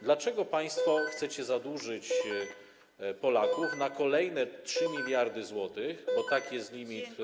Dlaczego państwo chcecie zadłużyć Polaków na kolejne 3 mld zł, bo taki jest limit.